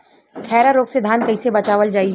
खैरा रोग से धान कईसे बचावल जाई?